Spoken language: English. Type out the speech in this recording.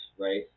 right